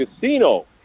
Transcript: Casino